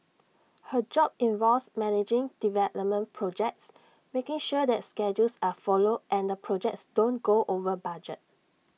her job involves managing development projects making sure that schedules are followed and the projects don't go over budget